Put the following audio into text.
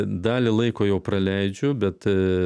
dalį laiko jau praleidžiu bet